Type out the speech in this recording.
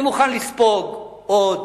אני מוכן לספוג עוד,